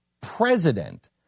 president